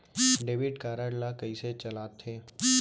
Debit card ला कइसे चलाते?